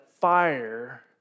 fire